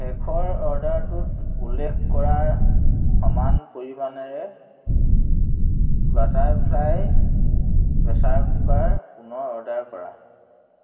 শেষৰ অৰ্ডাৰটোত উল্লেখ কৰাৰ সমান পৰিমাণেৰে বাটাৰফ্লাই প্ৰেচাৰ কুকাৰ পুনৰ অৰ্ডাৰ কৰা